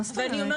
מה זאת אומרת?